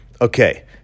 Okay